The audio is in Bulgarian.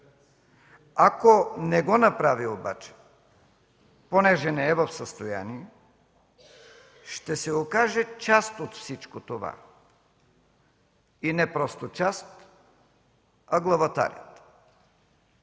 Ако не го направи обаче, понеже не е в състояние – ще се окаже част от всичко това. И не просто част, а главатарят!